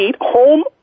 home